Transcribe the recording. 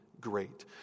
great